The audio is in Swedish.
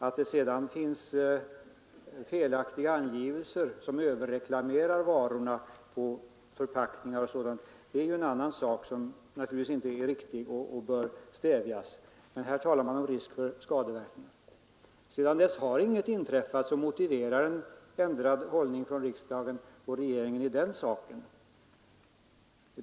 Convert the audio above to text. Att det sedan finns felaktiga angivelser som överreklamerar varorna på förpackningar och i reklam är en annan sak. Det bör stävjas. Men i deklarationen talade man om risk för skadeverkningar. Sedan dess har inget inträffat som motiverar en ändrad hållning från riksdagen och regeringen i den här saken.